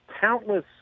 countless